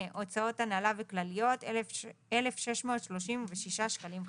הוצאות הנעלה וכלליות - 1,636 שקלים חדשים.